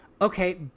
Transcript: okay